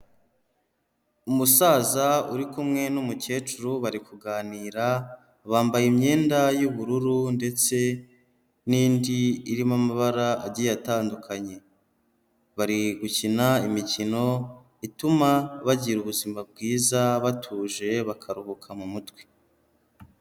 Umusaza uri kumwe n'umukecuru bari kuganira, bambaye imyenda y'ubururu ndetse n'indi irimo amabara agiye atandukanye. Bari gukina imikino, ituma bagira ubuzima bwiza, batuje, bakaruhuka mu mutwe.